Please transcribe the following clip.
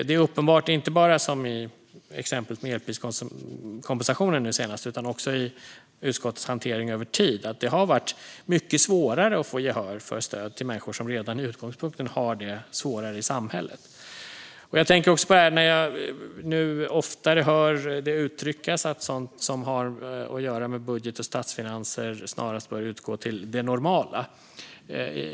Det är uppenbart inte bara som i exemplet med elpriskompensationen nu senast utan också i utskottets hantering över tid att det har varit mycket svårare att få gehör för stöd till människor som redan i utgångspunkten har det svårare i samhället. Det här tänker jag på när jag nu oftare hör det uttryckas att sådant som har att göra med budget och statsfinanser snarast bör återgå till det normala.